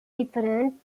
different